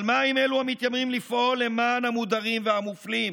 אבל מה עם אלה המתיימרים לפעול למען המודרים והמופלים?